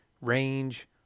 range